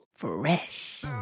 Fresh